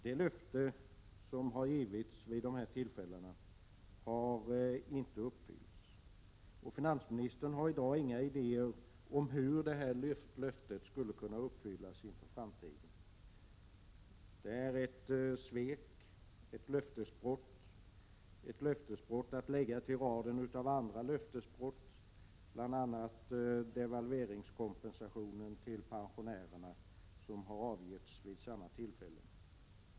Det löfte som har givits vid dessa tillfällen har inte uppfyllts, och finansministern har i dag inga idéer om hur detta löfte skulle kunna uppfyllas i framtiden. Det är ett svek och ett löftesbrott att lägga till raden av andra brutna löften, bl.a. det om kompensation till pensionärerna för devalveringen, ett löfte som har avgivits vid samma tillfällen.